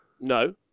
No